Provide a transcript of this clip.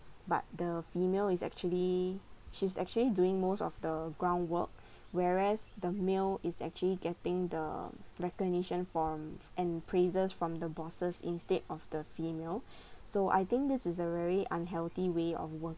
but the female is actually she's actually doing most of the groundwork whereas the male is actually getting the recognition from and praises from the bosses instead of the female so I think this is a very unhealthy way of working